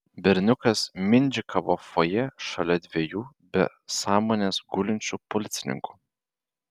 berniukas mindžikavo fojė šalia dviejų be sąmonės gulinčių policininkų